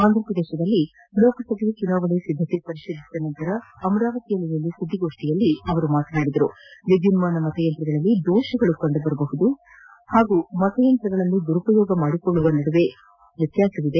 ಆಂಧ್ರ ಪ್ರದೇಶದಲ್ಲಿ ಲೋಕಸಭಾ ಚುನಾವಣಾ ಸಿದ್ದತೆ ಪರಿಶೀಲಿಸಿದ ನಂತರ ಅಮರಾವತಿಯಲ್ಲಿ ನಿನ್ನೆ ಸುದ್ದಿಗೋಷ್ಠಿಯಲ್ಲಿ ವಿವರ ನೀಡಿದ ಅವರು ವಿದ್ಯುನ್ಮಾನ ಮತಯಂತ್ರಗಳಲ್ಲಿ ದೋಷ ಕಂಡುಬರುವುದು ಹಾಗೂ ಮತಯಂತ್ರಗಳನ್ನು ದುರ್ಬಳಕೆ ಮಾಡಿಕೊಳ್ಳುವುದರ ನಡುವೆ ವ್ಯತ್ಯಾಸವಿದೆ